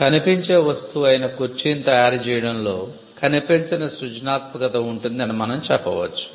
కనిపించే వస్తువు అయిన కుర్చీని తయారు చేయడంలో కనిపించని సృజనాత్మకత ఉంటుంది అని మనం చెప్పవచ్చు